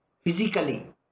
physically